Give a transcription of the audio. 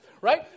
Right